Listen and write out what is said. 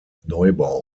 neubau